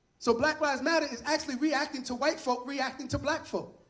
so black lives matter is actually reacting to white folk reacting to black folk.